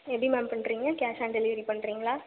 எப்படி மேம் பண்ணுறிங்க cash on delivery பண்ணுறிங்களா